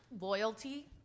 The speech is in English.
loyalty